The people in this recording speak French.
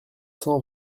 cent